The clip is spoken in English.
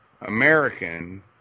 American